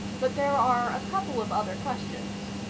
but there are a couple of other questions.